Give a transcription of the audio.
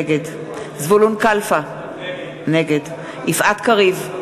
נגד זבולון קלפה, נגד יפעת קריב,